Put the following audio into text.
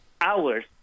hours